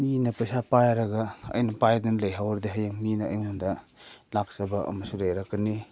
ꯃꯤꯅ ꯄꯩꯁꯥ ꯄꯥꯏꯔꯒ ꯑꯩꯅ ꯄꯥꯏꯗꯅ ꯂꯩꯍꯧꯔꯗꯤ ꯍꯌꯦꯡ ꯃꯤꯅ ꯑꯩꯉꯣꯟꯗ ꯂꯥꯛꯆꯕ ꯑꯃꯁꯨ ꯂꯩꯔꯛꯀꯅꯤ